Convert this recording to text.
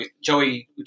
Joey